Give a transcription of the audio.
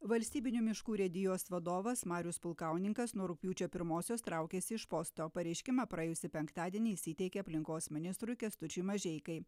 valstybinių miškų urėdijos vadovas marius pulkauninkas nuo rugpjūčio pirmosios traukiasi iš posto pareiškimą praėjusį penktadienį jis įteikė aplinkos ministrui kęstučiui mažeikai